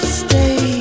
stay